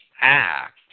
act